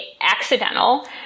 accidental